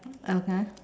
okay